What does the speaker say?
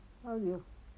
他有